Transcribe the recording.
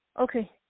Okay